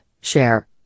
share